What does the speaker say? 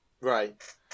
Right